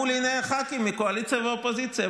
מול עיני הח"כים מהקואליציה והאופוזיציה,